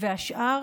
והשאר,